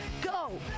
Go